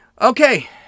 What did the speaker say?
Okay